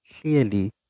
clearly